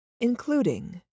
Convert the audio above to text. including